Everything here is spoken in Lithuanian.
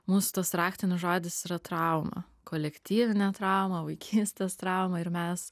mūsų tas raktinis žodis yra trauma kolektyvinė trauma vaikystės trauma ir mes